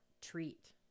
treat